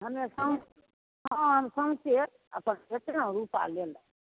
हमें सौंस हँ हम सौंसे अब जेतना रूपा लै ल